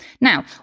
Now